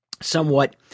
Somewhat